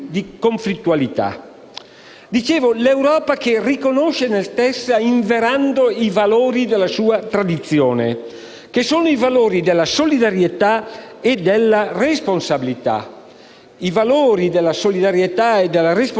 di 160.000 cittadini. Ne sono stati ricollocati circa 20.000. Ebbene, noi oggi possiamo farci forti del parere dell'avvocatura della Commissione europea,